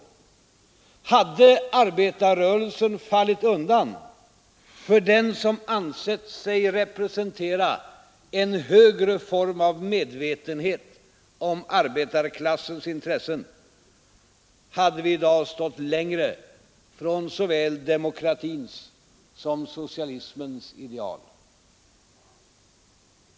Hade arbetarrörelsen fallit undan för dem som ansett sig representera en högre form av medvetenhet om arbetarklassens intressen, hade vi i dag stått längre från såväl demokratins som socialismens ideal.